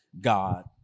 God